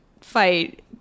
fight